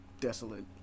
desolate